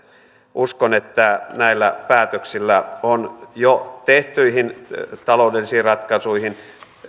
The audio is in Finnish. uskon että näillä päätöksillä on jo tehdyille taloudellisille ratkaisuille